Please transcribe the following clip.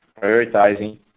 prioritizing